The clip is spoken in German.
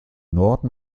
norden